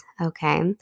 okay